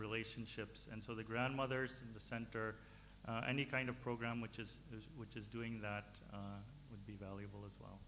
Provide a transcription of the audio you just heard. relationships and so the grandmothers in the center any kind of program which is which is doing that would be valuable as well